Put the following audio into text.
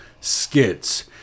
skits